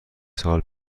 سال